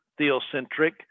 theocentric